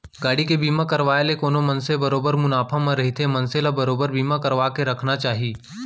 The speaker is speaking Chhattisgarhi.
गाड़ी के बीमा करवाय ले कोनो मनसे बरोबर मुनाफा म रहिथे मनसे ल बरोबर बीमा करवाके रखना चाही